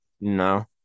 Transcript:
no